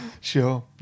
Sure